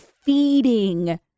feeding